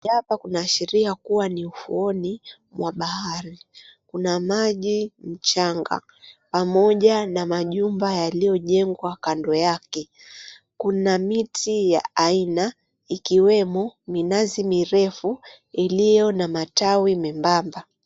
Hapa kinaashiria kuwa ni ufuoni mwa bahari kuna maji, mchanga pamoja na majumba yaliyojengwa kando yake. Kuna miti ya aina ikiwemo minazi mirefu, iliyo na matawi membamba.